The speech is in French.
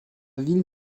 ville